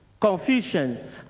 confusion